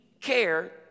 care